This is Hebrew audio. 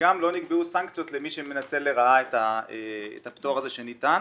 וגם לא נקבעו סנקציות למי שמנצל לרעה את הפטור הזה שניתן.